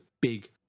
big